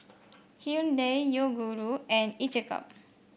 Hyundai Yoguru and each a cup